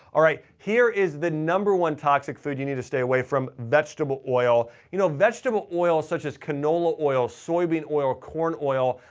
all right, here is the number one toxic food you need to stay away from, vegetable oil. you know vegetable oil such as canola oil, soybean oil, corn oil,